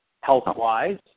health-wise